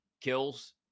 kills